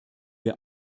wir